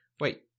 Wait